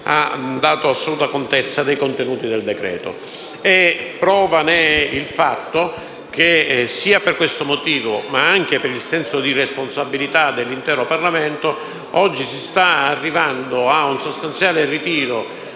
ha dato assoluta contezza dei contenuti del decreto-legge. Prova ne è il fatto che, sia per questo motivo ma anche per il senso di responsabilità dell'intero Parlamento, oggi si sta arrivando a un sostanziale ritiro